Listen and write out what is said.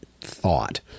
thought